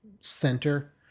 center